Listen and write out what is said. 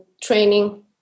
training